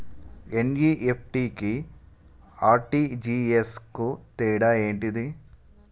NEFT కి RTGS కు తేడా ఏంటిది?